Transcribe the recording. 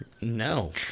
No